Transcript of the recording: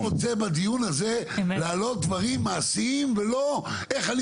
אבל אני רוצה בדיון הזה להעלות דברים מעשיים ולא איך אני